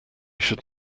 should